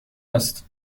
است